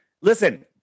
listen